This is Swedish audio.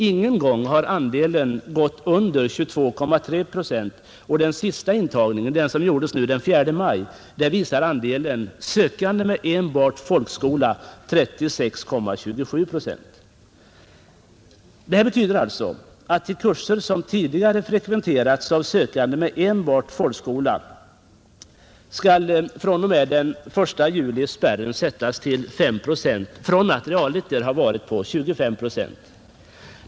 Ingen gång har andelen gått under 22,3 procent, och vid den sista intagningen som gjordes den 4 maj var andelen sökande med enbart folkskola 36,27 procent. Det innebär alltså att till de kurser som tidigare frekventerats av sökande med enbart folkskola skall fr.o.m. den 1 juli spärren sättas till S procent från att realiter ha varit 25 procent.